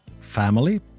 family